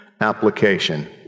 application